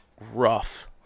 rough